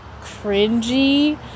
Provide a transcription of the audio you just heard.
cringy